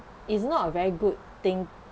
it's not a very good thing